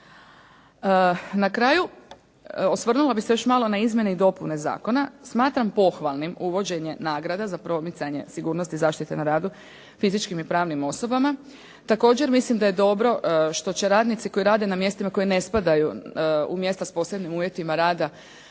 Na kraju osvrnula bih se još malo na izmjene i dopune zakona. Smatram pohvalnim uvođenje nagrada za promicanje sigurnosti zaštite na radu fizičkim i pravnim osobama. Također, mislim da je dobro što će radnici koji rade na mjestima koji ne spadaju u mjesta s posebnim uvjetima rada